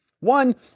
One